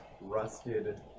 rusted